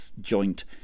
joint